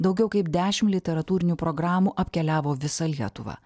daugiau kaip dešim literatūrinių programų apkeliavo visą lietuvą